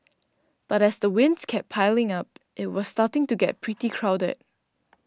but as the wins kept piling up it was starting to get pretty crowded